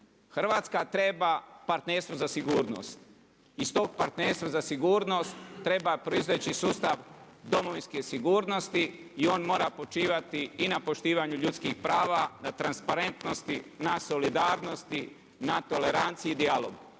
Hrvatska treba partnerstvo za sigurnost. Iz tog partnerstva za sigurnost, treba proizveći sustav domovinske sigurnosti i on mora počivati i na poštivanju ljudskih prava, na transparentnosti na solidarnosti, na toleranciji i dijalogu.